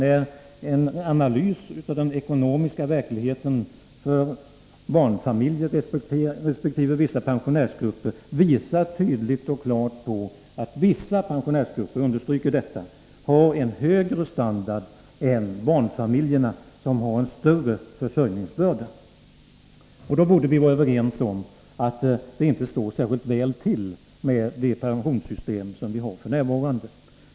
En analys av den ekonomiska verkligheten för en barnfamilj resp. vissa pensionärsgrupper visar tydligt att vissa — jag betonar vissa — pensionärsgrupper har en högre standard än barnfamiljerna, som har en större försörjningsbörda. Då borde vi vara överens om att det inte står särskilt bra till med det pensionssystem som vi har f. n.